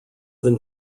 than